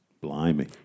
Blimey